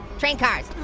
train cars,